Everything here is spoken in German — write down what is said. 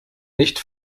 nicht